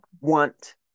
want